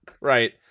Right